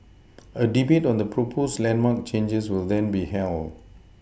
a debate on the proposed landmark changes will then be held